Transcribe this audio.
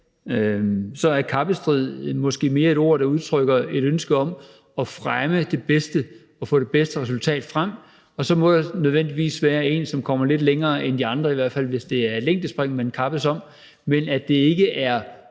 så er »kappestrid« måske mere et ord, der udtrykker et ønske om at fremme det bedste og få det bedste resultat frem, og så må der nødvendigvis være en, som kommer lidt længere end de andre, i hvert fald hvis det er længdespring, man kappes om, men at det ikke er